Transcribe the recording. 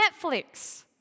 Netflix